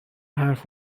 حرف